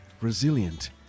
resilient